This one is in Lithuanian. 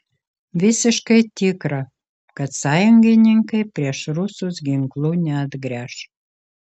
visiškai tikra kad sąjungininkai prieš rusus ginklų neatgręš